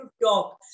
talk